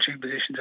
positions